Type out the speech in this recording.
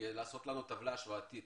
כדי לעשות לנו טבלה השוואתית